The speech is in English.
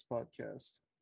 Podcast